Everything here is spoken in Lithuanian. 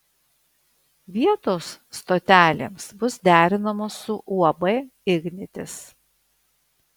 vietos stotelėms bus derinamos su uab ignitis